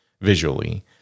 visually